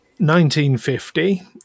1950